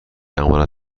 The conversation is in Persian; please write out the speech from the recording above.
امانت